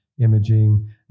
imaging